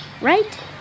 right